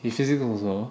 his physics good also